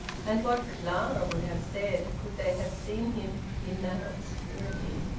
and what clara would have said, could they have seen him in that obscurity.